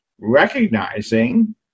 recognizing